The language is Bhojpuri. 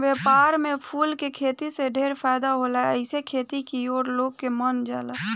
व्यापार में फूल के खेती से ढेरे फायदा होला एसे खेती की ओर लोग के मन जाला